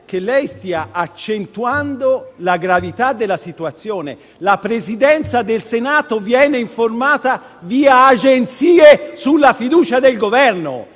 che lei stia accentuando la gravità della situazione. La Presidenza del Senato viene informata via agenzie sulla fiducia posta dal Governo?